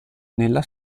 nella